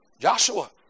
Joshua